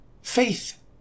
Faith